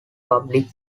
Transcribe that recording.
public